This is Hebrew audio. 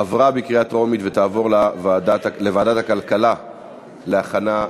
התשע"ד 2014, לדיון מוקדם בוועדת הכלכלה נתקבלה.